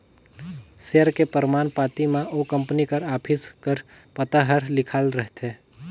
share के परमान पाती म ओ कंपनी कर ऑफिस कर पता हर लिखाल रहथे